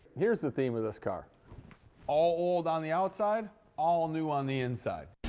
here's the theme of this car all old on the outside, all new on the inside.